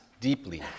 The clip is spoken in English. deeply